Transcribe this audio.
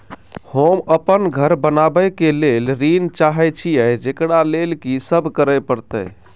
होम अपन घर बनाबै के लेल ऋण चाहे छिये, जेकरा लेल कि सब करें परतै?